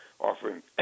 offering